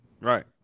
Right